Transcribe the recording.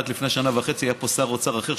רק לפני שנה וחצי היה פה שר אוצר אחר,